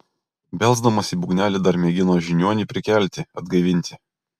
belsdamas į būgnelį dar mėgino žiniuonį prikelti atgaivinti